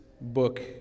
book